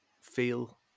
feel